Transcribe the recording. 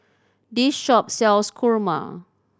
this shop sells kurma